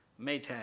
Maytag